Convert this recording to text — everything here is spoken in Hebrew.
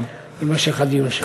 שיימשך הדיון שם.